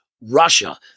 Russia